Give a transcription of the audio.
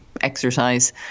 exercise